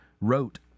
wrote